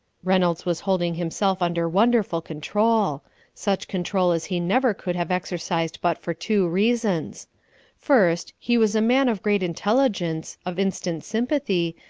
reynolds was holding himself under wonderful control such control as he never could have exercised but for two reasons first, he was a man of great intelligence, of instant sympathy,